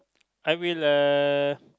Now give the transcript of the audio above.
I will uh